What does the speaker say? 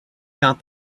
got